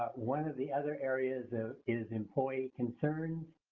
one of the other areas ah is employee concerns.